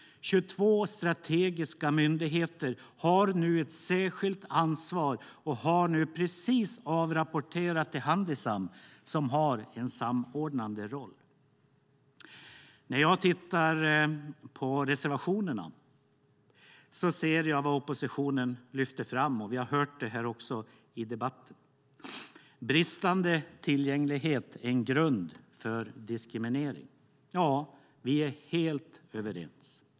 22 strategiska myndigheter har nu ett särskilt ansvar och har precis avrapporterat till Handisam som har en samordnande roll. När jag tittar på reservationerna ser jag vad oppositionen lyfter fram. Vi har också hört det i debatten. Bristande tillgänglighet bör bli en grund för diskriminering, skriver man. Vi är helt överens.